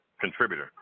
contributor